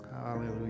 hallelujah